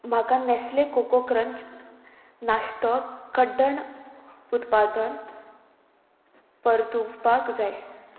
म्हाका Nestle Koko Krunch नाश्तो कड्डण उत्पादन परतुवपाक जाय